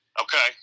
Okay